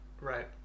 Right